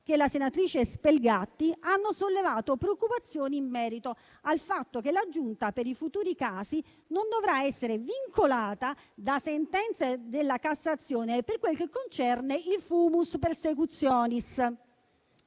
che la senatrice Spelgatti hanno sollevato preoccupazioni in merito al fatto che la Giunta, per i futuri casi, non dovrà essere vincolata da sentenze della Cassazione per quel che concerne il *fumus persecutionis*.